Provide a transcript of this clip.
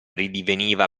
ridiveniva